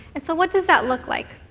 and so what does that look like?